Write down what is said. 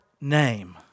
name